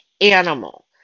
animal